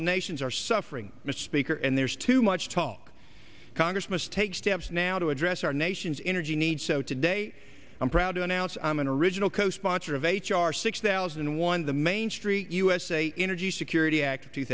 the nations are suffering misspeak or and there's too much talk congress must take steps now to address our nation's energy needs so today i'm proud to announce i'm an original co sponsor of h r six thousand and one the main street usa energy security act two